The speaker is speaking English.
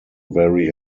very